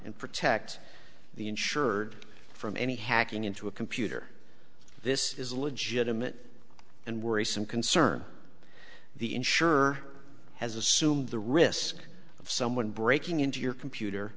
and protect the insured from any hacking into a computer this is a legitimate and worrisome concern the insurer has assumed the risk of someone breaking into your computer